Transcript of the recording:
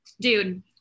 Dude